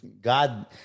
god